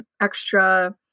extra